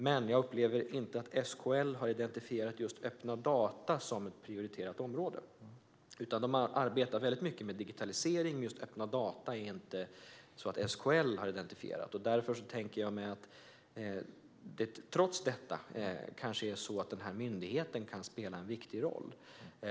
Men jag upplever inte att SKL har identifierat just öppna data som ett prioriterat område, även om de arbetar mycket med digitalisering. Därför tänker jag mig att det trots detta kanske är så att den här myndigheten kan spela en viktig roll.